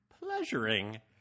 pleasuring